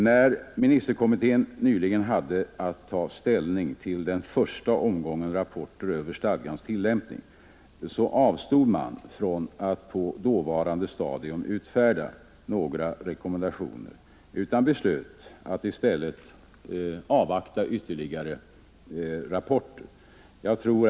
När ministerkommittén nyligen hade att ta ställning till den första omgången rapporter över stadgans tillämpning, avstod man på dåvarande stadium från att utfärda några rekommendationer utan beslöt att i stället avvakta ytterligare rapporter.